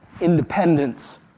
independence